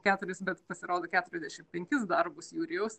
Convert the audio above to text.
keturis bet pasirodo keturiasdešimt penkis darbus jurijaus